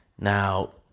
Now